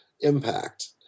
impact